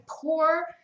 pour